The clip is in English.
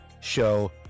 show